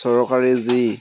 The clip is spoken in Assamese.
চৰকাৰী যি